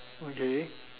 okay